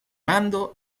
mando